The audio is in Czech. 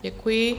Děkuji.